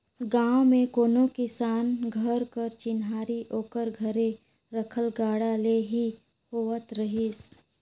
गाँव मे कोनो किसान घर कर चिन्हारी ओकर घरे रखल गाड़ा ले ही होवत रहिस